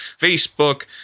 Facebook